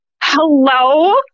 Hello